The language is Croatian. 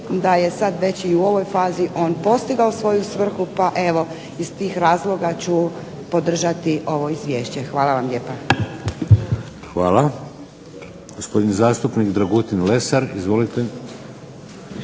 da je sad već i u ovoj fazi on postigao svoju svrhu pa evo iz tih razloga ću podržati ovo izvješće. Hvala vam lijepa. **Šeks, Vladimir (HDZ)** Hvala. Gospodin zastupnik Dragutin Lesar. Izvolite.